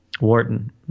Wharton